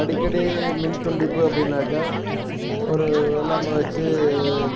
அடிக்கடி மின் துண்டிப்பு அப்படினாக்க ஒரு வெள்ளாமை வச்சு